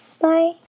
Bye